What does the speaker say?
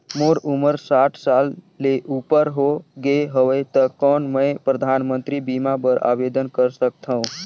मोर उमर साठ साल ले उपर हो गे हवय त कौन मैं परधानमंतरी बीमा बर आवेदन कर सकथव?